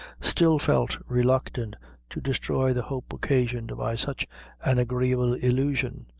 still felt reluctant to destroy the hope occasioned by such an agreeable illusion.